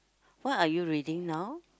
what are you reading now